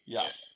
Yes